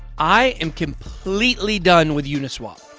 i am completely done with uniswap.